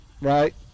right